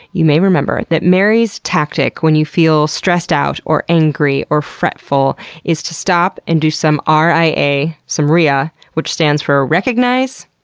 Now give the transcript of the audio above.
you may remember that mary's tactic when you feel stressed out or angry or fretful is to stop and do some r i a, some ria. which stands recognize,